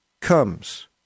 comes